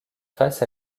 face